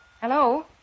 Hello